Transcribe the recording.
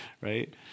right